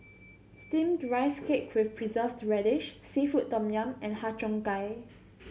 Steamed Rice Cake with Preserved Radish seafood tom yum and Har Cheong Gai